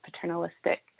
paternalistic